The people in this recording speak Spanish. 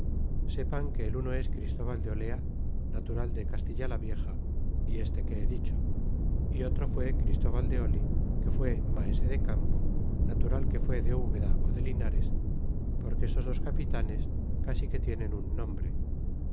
sepan que el uno es christóbal de olea natural de castilla la vieja y este que he dicho y otro fue christúbal de que fue maese de campo natural que fue de ubeda o de linares porque estos dos capitanes casi que tienen un nombre